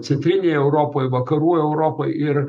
centrinėj europoj vakarų europoj ir